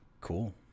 Cool